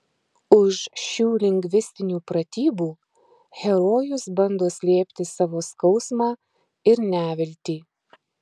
už šių lingvistinių pratybų herojus bando slėpti savo skausmą ir neviltį